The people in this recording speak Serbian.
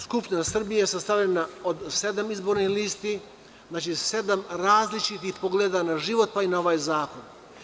Skupština Srbije je sastavljena od sedam izbornih lista, znači, sedam različitih pogleda na život pa i na ovaj zakon.